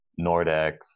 Nordex